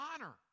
honor